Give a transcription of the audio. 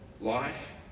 life